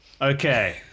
Okay